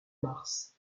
mars